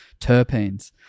terpenes